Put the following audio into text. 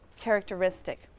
characteristic